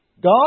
God